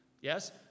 Yes